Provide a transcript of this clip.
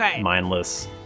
mindless